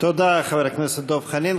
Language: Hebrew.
תודה, חבר הכנסת דב חנין.